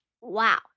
Wow